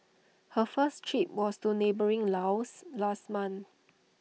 her first trip was to neighbouring Laos last month